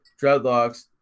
dreadlocks